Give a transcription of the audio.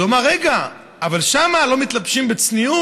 אז הוא אמר: רגע, אבל שם לא מתלבשים בצניעות,